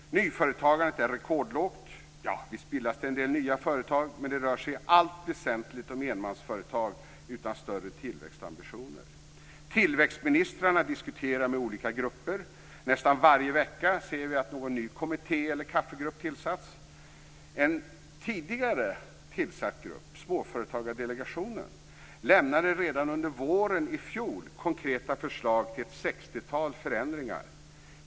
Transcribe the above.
Nyföretagandet är rekordlågt. Ja, visst bildas det en del nya företag, men det rör sig i allt väsentligt om enmansföretag utan större tillväxtambitioner. Tillväxtministrarna diskuterar med olika grupper. Nästan varje vecka ser vi att någon ny kommitté eller kaffegrupp tillsatts. En tidigare tillsatt grupp, Småföretagsdelegationen, lämnade redan under våren i fjol konkreta förslag till ett sextiotal förändringar.